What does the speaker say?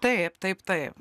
taip taip taip